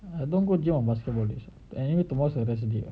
I don't go gym on basketball days anyway tomorrow is a rest day